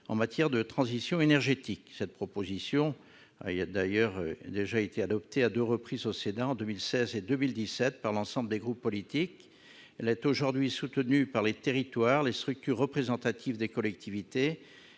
en matière de transition énergétique. Cette proposition a déjà été adoptée à deux reprises au Sénat, en 2016 et en 2017, par l'ensemble des groupes politiques. Elle est aujourd'hui soutenue par les territoires, par les structures représentatives des collectivités